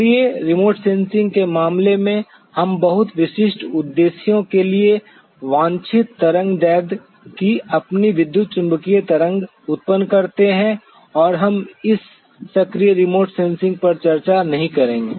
सक्रिय remote sensing के मामले में हम बहुत विशिष्ट उद्देश्यों के लिए वांछित तरंग दैर्ध्य की अपनी विद्युत चुम्बकीय तरंग उत्पन्न करते हैं और हम इस सक्रिय रिमोट सेंसिंग पर चर्चा नहीं करेंगे